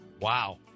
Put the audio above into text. Wow